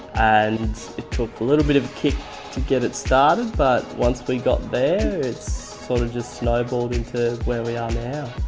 and it took a little bit of a kick to get it started. but once we got there, it's sort of just snowballed into where we are now.